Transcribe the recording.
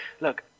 Look